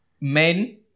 men